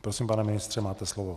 Prosím, pane ministře, máte slovo.